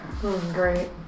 Great